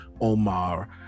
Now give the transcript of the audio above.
Omar